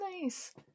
Nice